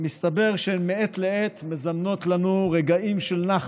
מסתבר שמעת לעת הן מזמנות לנו רגעים של נחת.